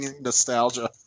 nostalgia